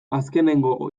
azkenengo